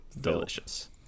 delicious